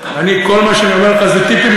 כל מה שאני אומר לך זה טיפים,